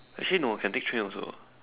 actually no can take train also